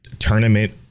tournament